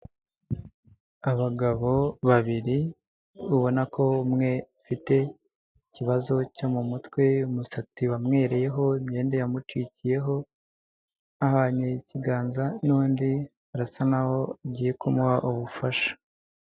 Abagabo babiri ubona ko umwe afite ikibazo cyo mu mutwe, umusatsi wamwereyeho, imyenda yamucikiyeho, ahanye ikiganza n'undi arasa naho agiye kumuha ubufasha.